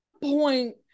point